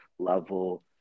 level